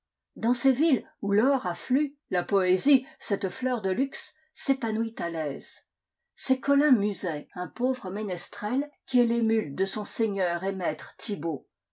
dans ces villes où l'or aftlue la poésie cette fleur de luxe s'épanouit à l'aise c'est colin muset un pauvre ménestrel qui est l'émule de son seigneur et maître thibaut